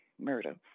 murder